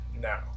now